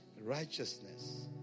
Righteousness